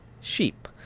sheep